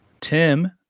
Tim